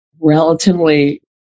relatively